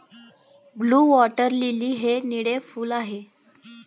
blue water lily हे निळे फूल आहे